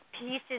pieces